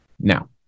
Now